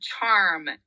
charm